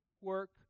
work